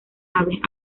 aves